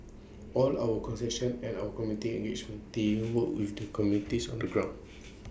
all our concessions and our community engagement teams work with the communities on the ground